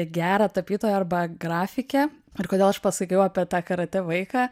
gerą tapytoją arba grafikę ir kodėl aš pasakiau apie tą karatė vaiką